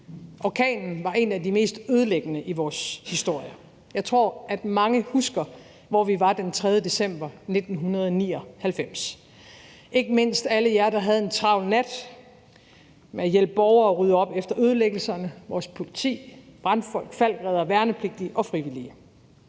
Orkanen var en af de mest ødelæggende i vores historie, og jeg tror, at vi er mange, der husker, hvor vi var den 3. december 1999, ikke mindst alle jer, der havde en travl nat med at hjælpe borgere og rydde op efter ødelæggelserne: vores politi, brandfolk, falckreddere, værnepligtige og frivillige.